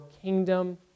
kingdom